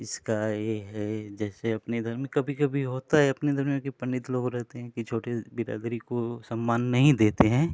इसका यह है जैसे अपने धर्म में कभी कभी होता है अपने धर्म के पंडित लोग रहते है कि छोटे बिरादरी को सम्मान नहीं देते हैं